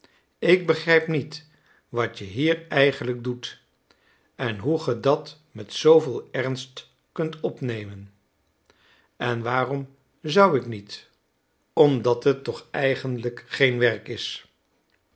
ik begrijp niet wat je hier eigenlijk doet en hoe ge dat met zooveel ernst kunt opnemen en waarom zou ik niet omdat het toch eigenlijk geen werk is